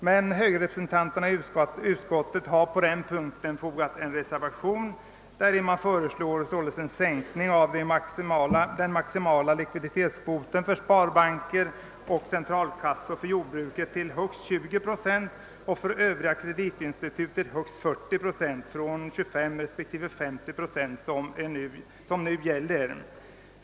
Men högerrepresentanterna i utskottet har till utlåtandet fogat en reservation, där man föreslår en sänkning av den maximala likviditetskvoten för sparbanker och centralkassor för jordbruket till högst 20 procent samt för Övriga kreditinstitut till högst 40 procent — från 25 respektive 50 procent som nu gäller.